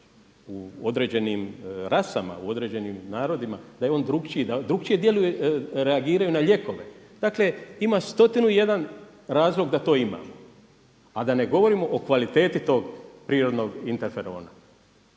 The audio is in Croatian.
u određenim rasama, u određenim narodima, da je on drukčiji, da drukčije djeluje, reagiraju na lijekove. Dakle, ima stotinu i jedan razlog da to imamo a da ne govorimo o kvaliteti tog prirodnog interferona